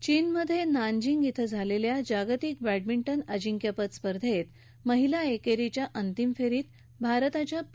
चीनमधल्या नानजिंग धिं झालख्या जागतिक बद्धमिंटन अजिंक्यपद स्पर्धेत महिला एक्टींच्या अंतिम फ्रींत भारताच्या पी